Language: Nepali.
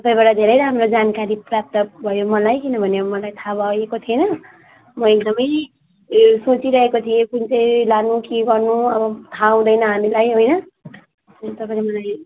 तपाईँबाट धेरै राम्रो जानकारी प्राप्त भयो मलाई किनभने अब मलाई थाहा भएको थिएन म एकदमै सोचिरहेको थिएँ कुन चाहिँ लानु के गर्नु अब थाहा हुँदैन हामीलाई होइन अनि तपाईँले मलाई